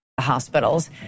hospitals